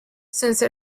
since